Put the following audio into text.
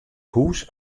hûs